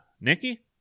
Nikki